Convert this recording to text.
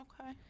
okay